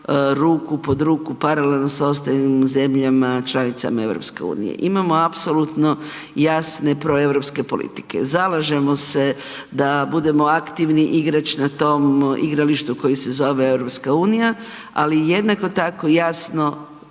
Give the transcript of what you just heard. ruku pod ruku paralelno sa ostalim zemljama članicama EU. Imamo apsolutno jasne proeuropske politike, zalažemo se da budemo aktivni igrač na tom igralištu koji se zove EU ali i jednako tako jasno